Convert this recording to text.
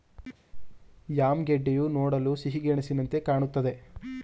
yam ಗೆಡ್ಡೆಯು ನೋಡಲು ಸಿಹಿಗೆಣಸಿನಂತೆಯೆ ಕಾಣುತ್ತದೆ